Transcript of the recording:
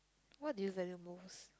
what do you value most